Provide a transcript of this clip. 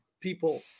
people